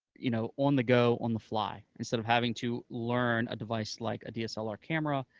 you know on the go, on the fly, instead of having to learn a device like a dslr camera,